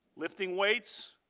lifting weights,